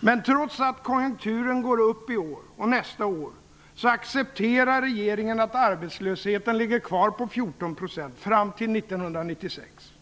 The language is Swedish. Men trots att konjunkturen går upp i år och nästa år, så accepterar regeringen att arbetslösheten ligger kvar på 14 % fram till 1996.